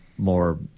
more